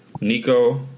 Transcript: Nico